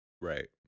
Right